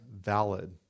valid